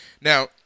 Now